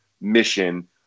mission